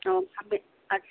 ꯑꯧ ꯈꯥꯃꯦꯟ